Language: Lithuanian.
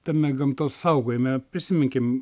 tame gamtos saugojime prisiminkim